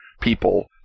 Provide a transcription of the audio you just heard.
people